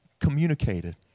communicated